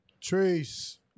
Trace